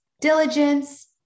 diligence